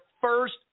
first